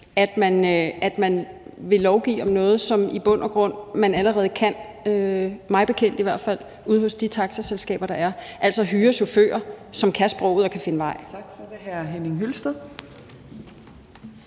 at man vil lovgive om noget, som man i bund og grund allerede kan, mig bekendt i hvert fald, ude hos de taxaselskaber, der er der, altså hyre chauffører, som kan sproget og finde vej. Kl. 15:04 Tredje næstformand